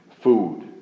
food